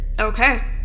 Okay